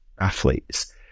athletes